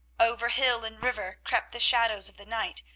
over hill and river crept the shadows of the night,